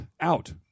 out –